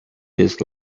his